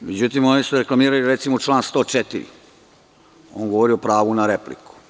Međutim, oni su reklamirali, recimo, član 104, a on govori o pravu na repliku.